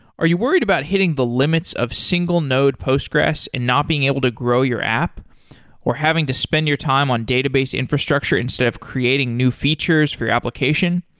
are you worried about hitting the limits of single node postgres and not being able to grow your app or having to spend your time on database infrastructure instead of creating new features for you application?